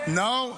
נאור,